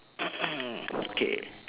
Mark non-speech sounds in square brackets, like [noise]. [noise] okay